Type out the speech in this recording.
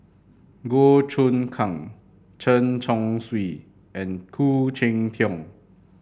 Goh Choon Kang Chen Chong Swee and Khoo Cheng Tiong